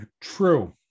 True